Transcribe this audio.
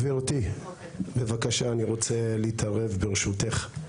גבירתי, בבקשה אני רוצה להתערב, ברשותך.